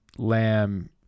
Lamb